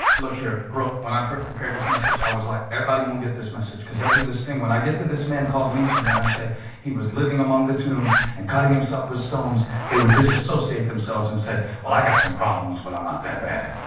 look here brooke when i prepared this message i was like everybody won't get this message because they'll do this thing when i get to this man called legion and i say he was living among the tombs and cutting himself with stones. they would disassociate themselves and say well i got some problems. well. i'm not that bad